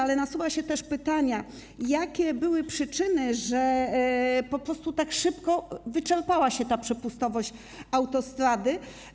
Ale nasuwa się też pytanie, jakie były przyczyny tego, że tak szybko wyczerpała się przepustowość autostrady.